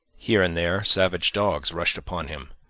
here and there savage dogs rushed upon him,